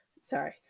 sorry